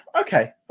okay